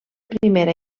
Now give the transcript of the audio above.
primera